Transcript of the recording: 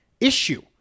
issue